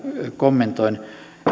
kommentoin